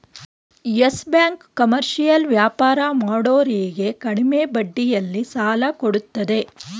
Yes bank commercial ವ್ಯಾಪಾರ ಮಾಡೋರಿಗೆ ಕಡಿಮೆ ಬಡ್ಡಿಯಲ್ಲಿ ಸಾಲ ಕೊಡತ್ತದೆ